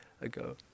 ago